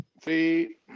three